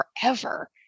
forever